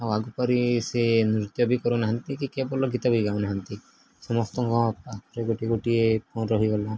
ଆଉ ଆଗ ପରି ସେ ନୃତ୍ୟ ବି କରୁନାହାନ୍ତି କି କେବଳ ଗୀତ ବି ଗାଉନାହାନ୍ତି ସମସ୍ତଙ୍କ ପାଖରେ ଗୋଟେ ଗୋଟିଏ ଫୋନ୍ ରହିଗଲା